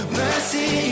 mercy